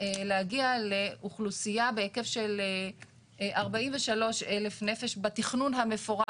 להגיע לאוכלוסיה בהיקף של 43,000 נפש בתכנון המפורט,